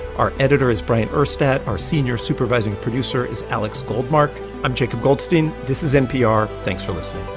our editor is bryant urstadt. our senior supervising producer is alex goldmark. i'm jacob goldstein. this is npr. thanks for listening